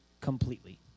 completely